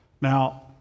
Now